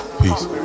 Peace